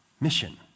mission